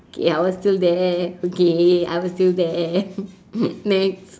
ya I was still there okay I was still there next